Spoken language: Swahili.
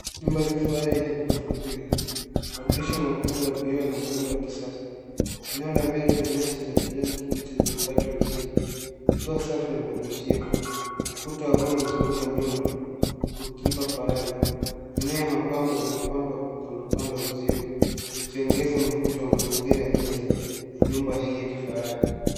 Nyumba ya kifahari yenye gorofa mbili madirisha makubwa ya vioo na muhundo ya kisasa eneo ya mbele ina nyasi ya kijani kipiji iliyokatwa vizuri likiwa safi na inafutia ukuta wa mawe umezunguka nyumba ukiipa faraka, nyuma ya mapambo imepandwa kando ya usio ikionyesha ufuto wa mazingira ya nje ya nyumba hii ya kifahari